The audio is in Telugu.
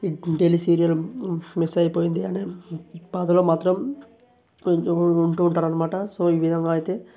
డైలీ సీరియల్ మిస్ అయిపోయింది అనే బాధలో మాత్రం ఉంటూ ఉంటారన్నమాట సో ఈ విధంగా అయితే